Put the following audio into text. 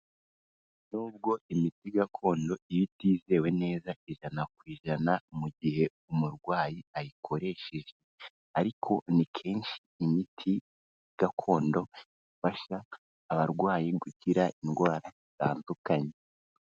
Nubwo imiti gakondo iba itizewe neza ijana ku ijana mu gihe umurwayi ayikoresheje, ariko ni kenshi imiti gakondo ifasha abarwayi gukira indwara zitandukanye.